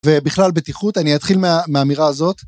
ובכלל בטיחות אני אתחיל מהאמירה הזאת.